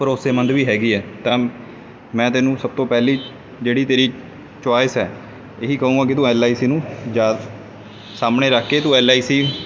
ਭਰੋਸੇਮੰਦ ਵੀ ਹੈਗੀ ਆ ਤਾਂ ਮੈਂ ਤੈਨੂੰ ਸਭ ਤੋਂ ਪਹਿਲੀ ਜਿਹੜੀ ਤੇਰੀ ਚੋਇਸ ਹੈ ਇਹੀ ਕਹੂੰਗਾ ਕਿ ਤੂੰ ਐੱਲ ਆਈ ਸੀ ਨੂੰ ਜ਼ਿਆਦਾ ਸਾਹਮਣੇ ਰੱਖ ਕੇ ਤੂੰ ਐੱਲ ਆਈ ਸੀ